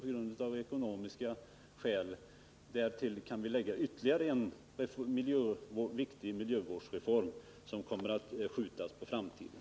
Till dem kan vi nu lägga ännu en viktig miljövårdsreform — den om återvinning och omhändertagande av avfall — som med jordbruksministerns goda minne kommer att skjutas på framtiden.